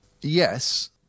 Yes